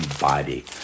body